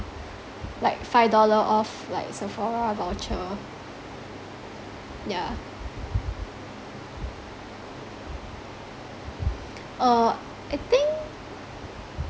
like five dollar off like sephora voucher yeah uh I think